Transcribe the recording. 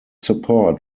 support